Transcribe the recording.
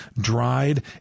dried